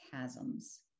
chasms